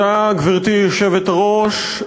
גברתי היושבת-ראש,